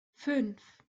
fünf